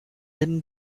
then